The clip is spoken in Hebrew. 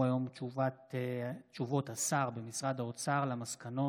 נוסף על כך הונחו היום הודעות השר במשרד האוצר על מסקנות